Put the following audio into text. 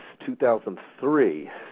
2003